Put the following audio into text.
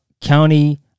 County